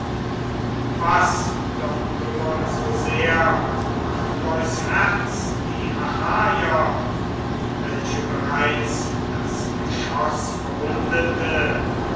was doch kümmern so sehr achilleus herz die achaier welche bereits das geschoß verwundete